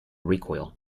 recoil